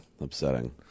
Upsetting